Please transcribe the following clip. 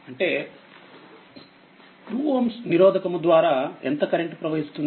అంటే2Ωనిరోధకముద్వారా ఎంత కరెంటు ప్రవహిస్తుంది